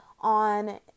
on